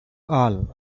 all